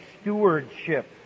stewardship